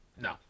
No